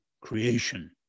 creation